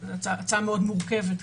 זו הצעה מאוד מורכבת,